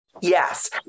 Yes